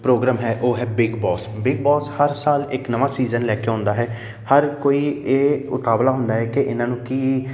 programme ਹੈ ਉਹ ਹੈ ਬਿਗ ਬੋਸ ਬਿਗ ਬੋਸ ਹਰ ਸਾਲ ਇੱਕ ਨਵਾਂ ਸੀਜ਼ਨ ਲੈ ਕੇ ਆਉਂਦਾ ਹੈ ਹਰ ਕੋਈ ਇਹ ਉਤਾਵਲਾ ਹੁੰਦਾ ਹੈ ਕਿ ਇਹਨਾਂ ਨੂੰ ਕੀ